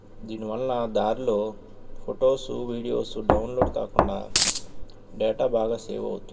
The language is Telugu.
దీని వలన దారిలో ఫొటోసు వీడియోసు డౌన్లోడ్ కాకుండా డేటా బాగా సేవ్ అవుతుంది